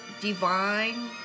divine